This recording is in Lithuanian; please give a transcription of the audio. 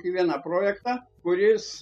vieną projektą kuris